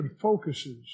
focuses